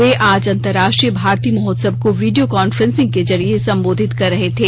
वे आज अंतर्राष्ट्रीय भारती महोत्सव को वीडियो कॉन्फ्रेंसिंग के जरिए संबोधित कर रहे थे